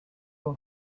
are